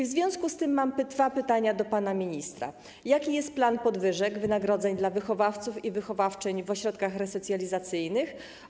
W związku z tym mam dwa pytania do pana ministra: Jaki jest plan podwyżek wynagrodzeń dla wychowawców i wychowawczyń w ośrodkach resocjalizacyjnych?